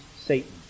Satan